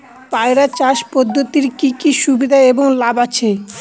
পয়রা চাষ পদ্ধতির কি কি সুবিধা এবং লাভ আছে?